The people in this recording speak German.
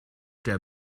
der